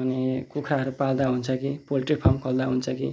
अनि कुखुराहरू पाल्दा हुन्छ कि पोल्ट्री फार्म खोल्दा हुन्छ कि